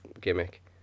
gimmick